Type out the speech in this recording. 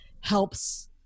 helps